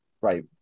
Right